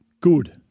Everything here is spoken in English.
Good